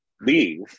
leave